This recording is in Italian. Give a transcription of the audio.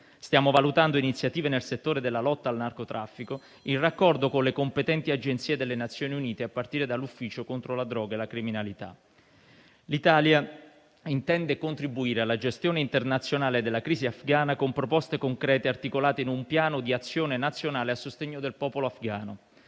Stiamo valutando iniziative nel settore della lotta al narcotraffico in raccordo con le competenti agenzie delle Nazioni Unite, a partire dall'Ufficio per il controllo della droga e la prevenzione del crimine. L'Italia intende contribuire alla gestione internazionale della crisi afghana con proposte concrete, articolate in un piano di azione nazionale a sostegno del popolo afghano.